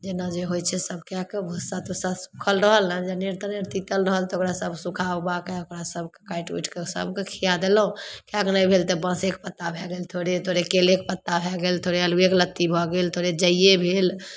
जेना जे होइ छै सब कै कऽ भुस्सा तुस्सा सुखल रहल ने जे अनेर तनेर तितल रहल तऽ ओकरा सब सुखा उखाके ओकरा सबके काटि उटिके सबके खिआ देलहुँ खाइके नहि भेल तऽ बाँसेके पत्ता भै गेल थोड़े थोड़े केलेके पत्ता भै गेल थोड़े आलुएके लत्ती भऽ गेल थोड़े जइए भेल